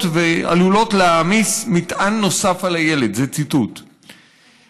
ועלולות להעמיס "מטען נוסף על הילד" זה ציטוט,